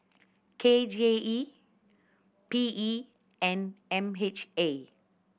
K J E P E and M H A